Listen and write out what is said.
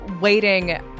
waiting